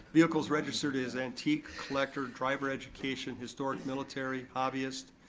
vehicles registered as antique, collector, driver education, historic, military, hobbyist,